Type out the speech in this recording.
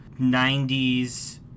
90s